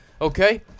okay